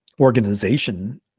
organization